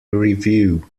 review